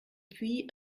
puis